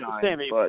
Sammy